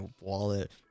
wallet